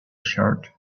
shirt